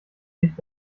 licht